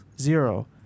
Zero